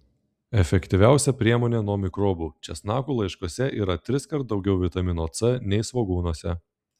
efektyviausia priemonė nuo mikrobų česnakų laiškuose yra triskart daugiau vitamino c nei svogūnuose